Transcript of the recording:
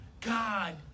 God